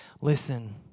listen